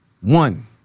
One